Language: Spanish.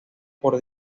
por